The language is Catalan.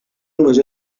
només